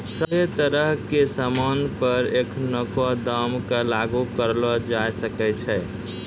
सभ्भे तरह के सामान पर एखनको दाम क लागू करलो जाय सकै छै